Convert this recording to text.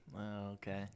Okay